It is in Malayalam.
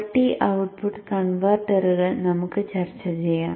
മൾട്ടി ഔട്ട്പുട്ട് കൺവെർട്ടറുകൾ നമുക്ക് ചർച്ച ചെയ്യാം